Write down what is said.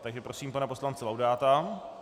Takže prosím pana poslance Laudáta.